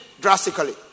drastically